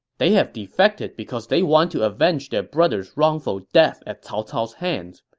they have defected because they want to avenge their brother's wrongful death at cao cao's hands.